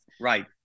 Right